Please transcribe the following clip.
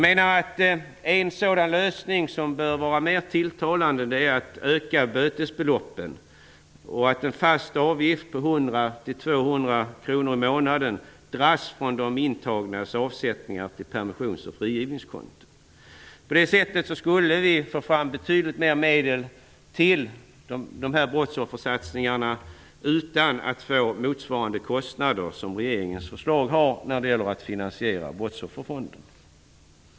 En lösning som bör vara tilltalande är att öka bötesbeloppen och att den fasta avgiften 100--200 kr i månaden dras från de intagnas avsättningar till permissions och frigivningskonton. På det sättet skulle vi få fram betydligt mer medel till brottsoffersatsningarna utan att få motsvarande kostnader som enligt regeringens förslag.